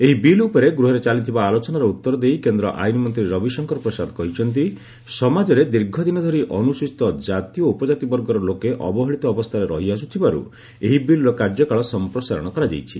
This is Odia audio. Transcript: ଏହି ବିଲ୍ ଉପରେ ଗୃହରେ ଚାଲିଥିବା ଆଲୋଚନାର ଉତ୍ତର ଦେଇ କେନ୍ଦ୍ର ଆଇନମନ୍ତ୍ରୀ ରବିଶଙ୍କର ପ୍ରସାଦ କହିଛନ୍ତି ସମାଜରେ ଦୀର୍ଘଦିନ ଧରି ଅନୁସ୍ତଚିତ କାତି ଓ ଉପକାତି ବର୍ଗର ଲୋକେ ଅବହେଳିତ ଅବସ୍ଥାରେ ରହିଆସୁଥିବାରୁ ଏହି ବିଲ୍ର କାର୍ଯ୍ୟକାଳ ସଂପ୍ରସାରଣ କରାଯାଇଛି